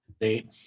date